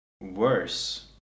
worse